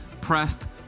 Pressed